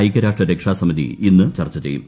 ഐക്യരാഷ്ട്ര രക്ഷാസമിതി ഇന്ന് ചർച്ച ചെയ്യും